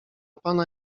pana